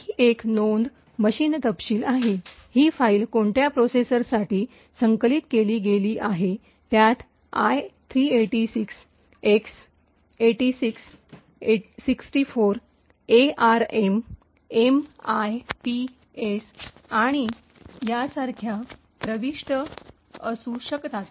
आणखी एक नोंद मशीन तपशील आहे ही फाईल कोणत्या प्रोसेसरसाठी संकलित केली गेली आहे त्यात आय 386 एक्स 86 64 एआरएम एमआयपीएस आणि यासारख्या प्रविष्ट्या असू शकतात